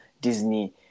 Disney